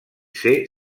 ser